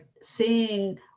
seeing